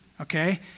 okay